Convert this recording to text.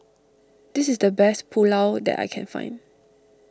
this is the best Pulao that I can find